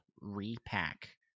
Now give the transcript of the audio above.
Repack